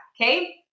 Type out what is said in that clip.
okay